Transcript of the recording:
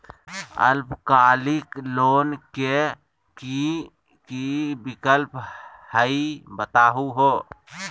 अल्पकालिक लोन के कि कि विक्लप हई बताहु हो?